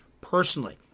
personally